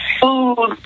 food